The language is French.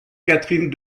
catherine